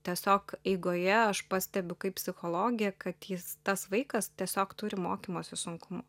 tiesiog eigoje aš pastebiu kaip psichologė kad jis tas vaikas tiesiog turi mokymosi sunkumų